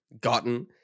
gotten